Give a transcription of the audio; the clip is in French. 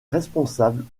responsable